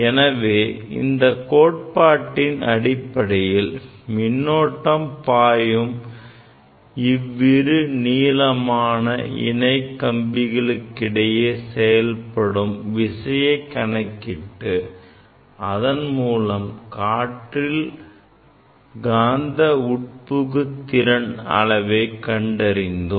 எனவே இந்த கோட்பாட்டின் அடிப்படையில் மின்னோட்டம் பாயும் இவ்விரு நீளமான இணை கம்பிகளுக்கு இடையே செயல்படும் விசையைக் கணக்கிட்டு அதன் மூலம் காற்றில் காந்த உட்புகு திறன் அளவை கண்டறிந்தோம்